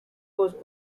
was